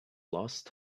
lost